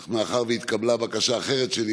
אך מאחר שהתקבלה בקשה אחרת שלי,